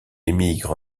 émigre